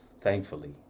thankfully